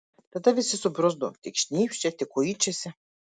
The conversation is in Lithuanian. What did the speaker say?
tada visi subruzdo tik šnypščia tik kuičiasi